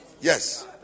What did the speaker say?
yes